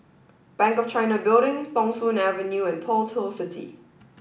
Bank of China Building Thong Soon Avenue and Pearl's Hill City